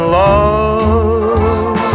love